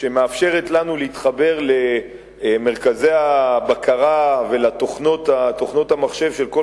שמאפשרת לנו להתחבר למרכזי הבקרה ולתוכנות המחשב של כל